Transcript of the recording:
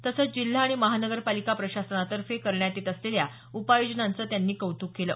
तसंच जिल्हा आणि महानगरपालिका प्रशासनातर्फे करण्यात येत असलेल्या उपाययोजनांचं त्यांनी कौत्क केलं